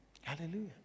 Hallelujah